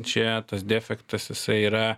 čia tas defektas jisai yra